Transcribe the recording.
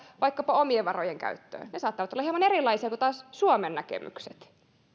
vaikkapa omien varojen käytöstä ne saattavat olla hieman erilaisia kuin taas suomen näkemykset